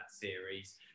series